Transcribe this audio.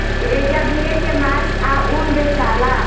एजा भेड़ के मांस आ ऊन बेचाला